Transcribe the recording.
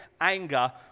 anger